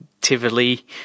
Tivoli